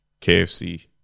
KFC